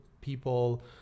people